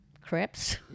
Crips